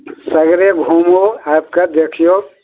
सगरे घुमू आबि कऽ देखियौ